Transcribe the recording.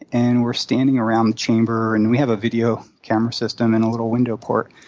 and we're standing around the chamber, and we have a video camera system and a little window port.